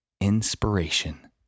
inspiration